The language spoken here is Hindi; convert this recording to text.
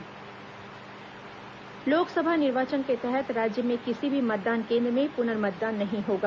पुनर्मतदान लोकसभा निर्वाचन के तहत राज्य में किसी भी मतदान केन्द्र में पुनर्मतदान नहीं होगा